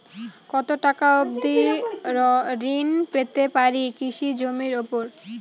কত টাকা অবধি ঋণ পেতে পারি কৃষি জমির উপর?